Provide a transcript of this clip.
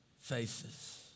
faces